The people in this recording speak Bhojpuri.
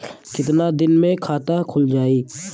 कितना दिन मे खाता खुल जाई?